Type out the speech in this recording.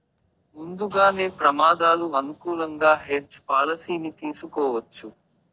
ముందుగానే ప్రమాదాలు అనుకూలంగా హెడ్జ్ పాలసీని తీసుకోవచ్చు